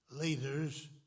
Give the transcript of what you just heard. leaders